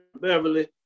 Beverly